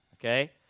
Okay